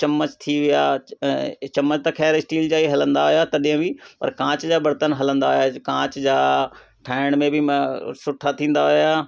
चम्मच थी विया चम्मच त खैर स्टील जा ई हलंदा हुया तॾहिं बि और कांच जा बर्तन हलंदा हुया कांच जा ठाहिण में बि सुठा थींदा हुया